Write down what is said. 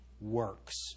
works